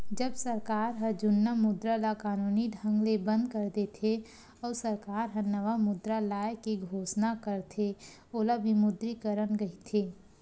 जब सरकार ह जुन्ना मुद्रा ल कानूनी ढंग ले बंद कर देथे, अउ सरकार ह नवा मुद्रा लाए के घोसना करथे ओला विमुद्रीकरन कहिथे